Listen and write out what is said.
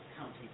county